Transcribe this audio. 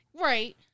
Right